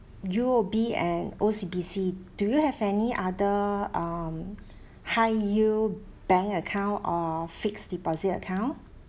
U_O_B and O_C_B_C do you have any other um high yield bank account or fixed deposit account